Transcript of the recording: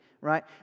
Right